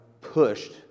pushed